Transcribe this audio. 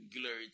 Glory